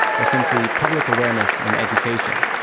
or simply public awareness and education,